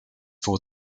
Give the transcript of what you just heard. for